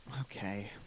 Okay